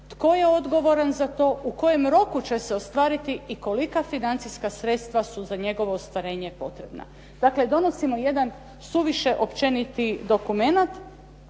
tko je odgovoran za to, u kojem roku će se ostvariti i kolika financijska sredstva su za njegovo ostvarenje potrebna. Dakle, donosimo jedan suviše općeniti dokumenat